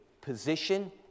position